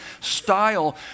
style